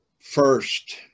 first